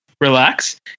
relax